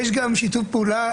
יש גם שיתוף פעולה,